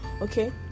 Okay